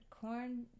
Corn